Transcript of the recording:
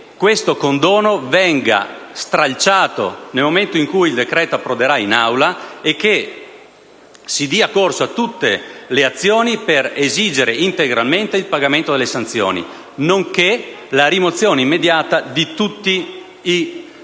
questo condono venga stralciato nel momento in cui il decreto approderà in Aula e che si dia corso a tutte le azioni per esigere integralmente il pagamento delle sanzioni, nonché la rimozione immediata (misura che